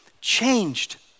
changed